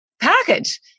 package